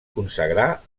consagrar